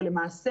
למעשה,